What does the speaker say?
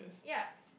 yup